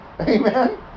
Amen